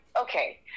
okay